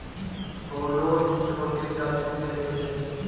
shallot छोटे प्याज़ को कहते है